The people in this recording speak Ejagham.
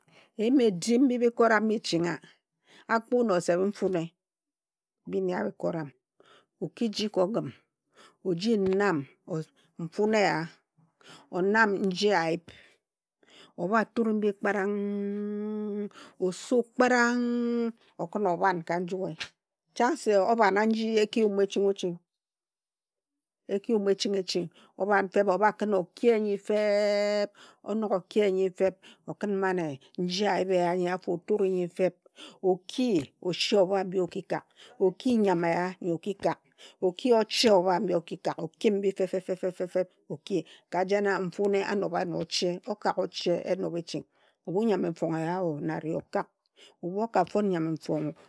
Eyim edim mbi bhi koram bichingha, a kpu na oseb nfune bi ne akoram o ki ji ka ogim oji nam nfune eya, onam nje ayip, obha ture mbi kparang, osu kparang, okhin obham ka njue. Chang se obhana nji eki yum eching oching, eki yum eching o ching, obhan feb obha khun o kie nyi fe-eb, onog okie nyi fe eb okhin mane nje ayip anyi afo o ture nyi feb, oki oshi obha mbi o ki kak, o ki nyam eya nyi o ki kak, o ki oche obha mbi o ki kak, o kim mbi fe fe feb o ki, ka jena nfune a nobha na oche, okak o che enob eching. Ebhu nyam mfong eyao na ario, okak. Ebhu o ka fon nyam mfong o.